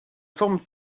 forme